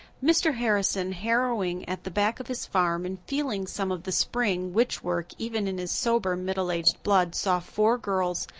mr. harrison, harrowing at the back of his farm and feeling some of the spring witch-work even in his sober, middle-aged blood, saw four girls,